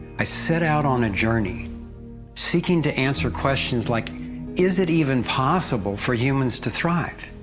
i set out on a journey seeking to answer questions like is it even possible for humans to thrive?